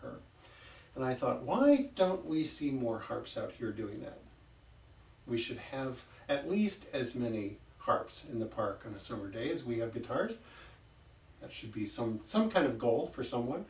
her and i thought why don't we see more harps out here doing that we should have at least as many harps in the park on a summer day as we have guitars that should be some some kind of goal for someone